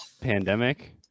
pandemic